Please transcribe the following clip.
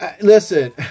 listen